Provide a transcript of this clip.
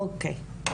אוקי,